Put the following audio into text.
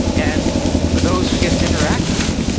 and for those who get to interact with them